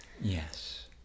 yes